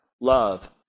love